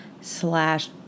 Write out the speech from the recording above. slash